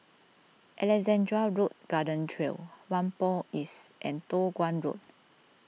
Alexandra Road Garden Trail Whampoa East and Toh Guan Road